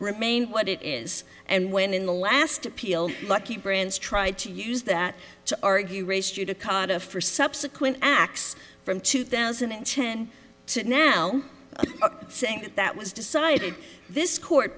remain what it is and when in the last appeal lucky brands try to use that to argue race judicata for subsequent acts from two thousand and ten sit now saying that that was decided this court